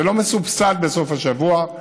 זה לא מסובסד בסוף השבוע,